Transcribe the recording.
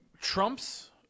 Trump's